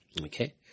Okay